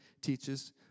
teaches